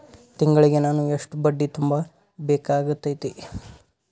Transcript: ತಿಂಗಳಿಗೆ ನಾನು ಎಷ್ಟ ಬಡ್ಡಿ ತುಂಬಾ ಬೇಕಾಗತೈತಿ?